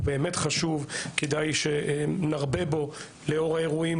הוא חשוב וכדאי שנרבה בו לאור האירועים,